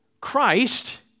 Christ